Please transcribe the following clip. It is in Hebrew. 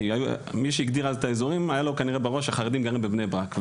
כי למי שהגדיר את האזורים היה בראש שהחרדים גרים בבני ברק.